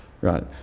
right